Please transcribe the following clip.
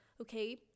okay